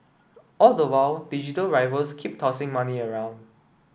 all the while digital rivals keep tossing money around